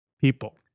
People